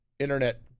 Internet